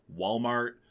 Walmart